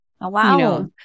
Wow